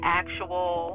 actual